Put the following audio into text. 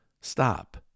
Stop